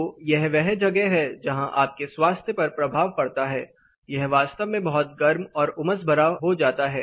तो यह वह जगह है जहाँ आपके स्वास्थ्य पर प्रभाव पड़ता है यह वास्तव में बहुत गर्म और उमस भरा हो जाता है